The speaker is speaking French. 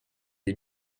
les